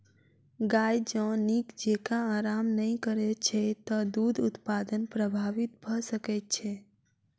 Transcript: गाय जँ नीक जेँका आराम नै करैत छै त दूध उत्पादन प्रभावित भ सकैत छै